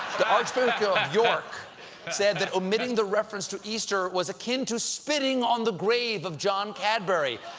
the archbishop of york said that omitting the reference to easter was akin to spitting on the grave of john cadbury.